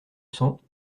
cents